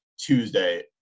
Tuesday